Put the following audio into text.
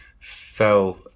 fell